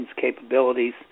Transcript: capabilities